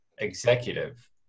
executive